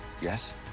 Yes